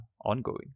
ongoing